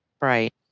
Right